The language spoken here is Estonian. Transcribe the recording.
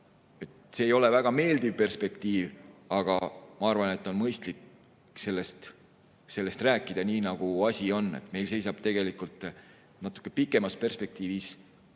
See ei ole väga meeldiv perspektiiv, aga ma arvan, et on mõistlik rääkida nii, nagu asi on. Meil seisab natuke pikemas perspektiivis